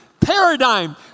paradigm